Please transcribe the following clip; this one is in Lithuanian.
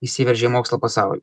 įsiveržė į mokslo pasaulį